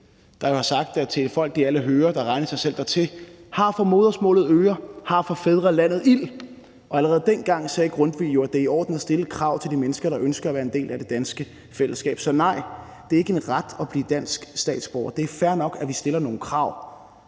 jo har sagt: »Til ét folk de alle høre,/som sig regne selv dertil,/har for modersmålet øre,/har for fædrelandet ild«. Allerede dengang sagde Grundtvig jo, at det er i orden at stille krav til de mennesker, der ønsker at være en del af det danske fællesskab. Så nej, det er ikke en ret at blive dansk statsborger. Det er fair nok, at vi stiller nogle krav.